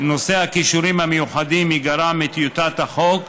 נושא הכישורים המיוחדים ייגרע מטיוטת החוק,